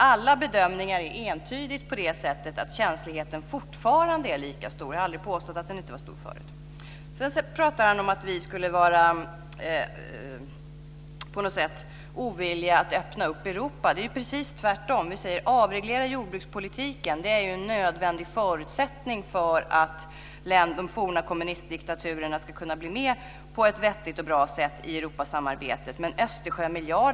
Alla bedömningar är entydiga på det sättet att känsligheten fortfarande är lika stor. Jag har aldrig påstått att den inte var stor förut. Sedan pratar Bosse Ringholm om att vi på något sätt skulle vara ovilliga att öppna Europa. Det är precis tvärtom. Vi säger att man ska avreglera jordbrukspolitiken. Det är en nödvändig förutsättning för att de forna kommunistdiktaturerna ska kunna bli med i Europasamarbetet på ett vettigt och bra sätt.